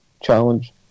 challenge